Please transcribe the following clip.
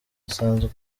asanzwe